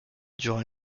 durant